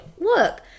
Look